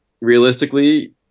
realistically